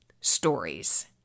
stories